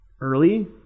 early